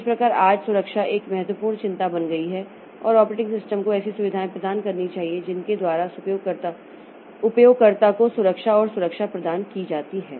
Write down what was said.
इस प्रकार आज सुरक्षा एक महत्वपूर्ण चिंता बन गई है और ऑपरेटिंग सिस्टम को ऐसी सुविधाएं प्रदान करनी चाहिए जिनके द्वारा उपयोगकर्ताओं को सुरक्षा और सुरक्षा प्रदान की जाती है